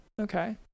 Okay